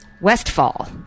Westfall